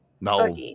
No